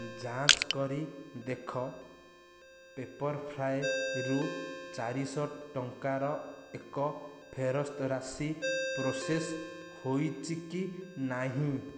ଯାଞ୍ଚ କରି ଦେଖ ପେପର୍ଫ୍ରାଏରୁ ଚାରିଶହ ଟଙ୍କାର ଏକ ଫେରସ୍ତ ରାଶି ପ୍ରୋସେସ୍ ହୋଇଛି କି ନାହିଁ